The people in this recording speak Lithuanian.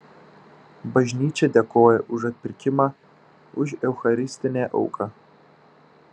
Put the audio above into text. bažnyčia dėkoja už atpirkimą už eucharistinę auką